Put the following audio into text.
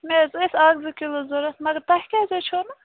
مےٚ حظ ٲسۍ اَکھ زٕ کِلوٗ ضروٗرت مگر تۄہہِ کیٛازِ حظ چھَو نہٕ